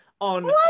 on